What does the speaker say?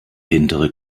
hintere